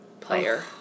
player